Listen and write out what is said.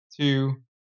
two